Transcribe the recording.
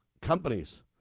companies